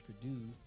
produce